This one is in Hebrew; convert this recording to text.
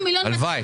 הלוואי.